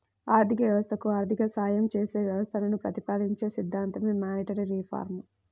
ఆర్థిక వ్యవస్థకు ఆర్థిక సాయం చేసే వ్యవస్థలను ప్రతిపాదించే సిద్ధాంతమే మానిటరీ రిఫార్మ్